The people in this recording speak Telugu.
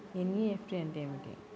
ఎన్.ఈ.ఎఫ్.టీ అంటే ఏమిటి?